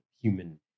human